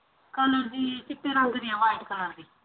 colour ਜੀ ਚਿੱਟੇ ਰੰਗ ਦੀ ਹੈ ਵਾਈਟ ਕਲਰ ਦੀ